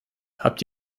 habt